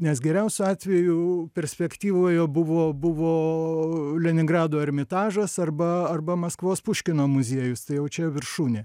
nes geriausiu atveju perspektyvoje buvo buvo leningrado ermitažas arba arba maskvos puškino muziejus tai jau čia viršūnė